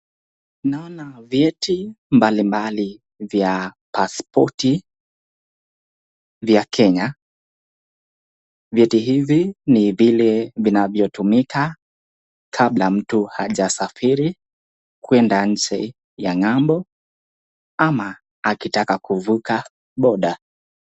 Naona vyeti mbalimbali vya pasipoti vya kenya, vyeti hivi ni vile vinavyotumika kabla mtu hajasafiri kuenda nchi ya ng'ambo ama akitaka kuvuka border .